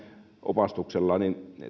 opastuksella